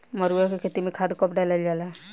मरुआ के खेती में खाद कब डालल जाला?